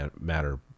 Matter